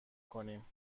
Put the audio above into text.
کنیم